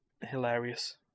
hilarious